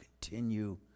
continue